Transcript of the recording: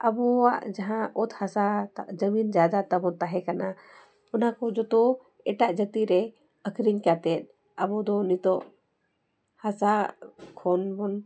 ᱟᱵᱚᱣᱟᱜ ᱡᱟᱦᱟᱸ ᱚᱛ ᱦᱟᱥᱟ ᱡᱚᱢᱤᱱ ᱡᱟᱫᱟ ᱛᱟᱵᱚᱱ ᱛᱟᱦᱮᱸ ᱠᱟᱱᱟ ᱚᱱᱟ ᱠᱚ ᱡᱚᱛᱚ ᱮᱴᱟᱜ ᱡᱟᱹᱛᱤ ᱨᱮ ᱟᱹᱠᱷᱨᱤᱧ ᱠᱟᱛᱮ ᱟᱵᱚ ᱫᱚ ᱱᱤᱛᱚᱜ ᱦᱟᱥᱟ ᱠᱷᱚᱱ ᱵᱚᱱ